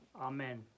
Amen